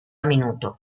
minuto